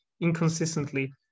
inconsistently